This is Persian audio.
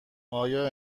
آیا